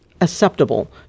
acceptable